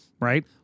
right